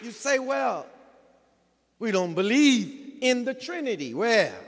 you say well we don't believe in the trinity where